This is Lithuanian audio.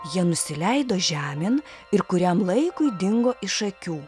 jie nusileido žemėn ir kuriam laikui dingo iš akių